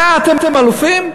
בזה אתם אלופים?